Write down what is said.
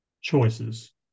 choices